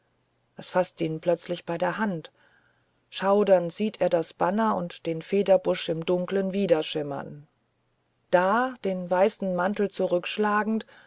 es faßt ihn plötzlich bei der hand schauernd sieht er das banner und den federbusch im dunkeln wieder schimmern da den weißen mantel zurückschlagend